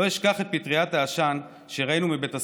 לא אשכח את פטריית העשן שראינו מבית הספר.